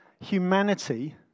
humanity